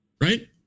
Right